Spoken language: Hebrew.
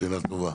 שאלה טובה.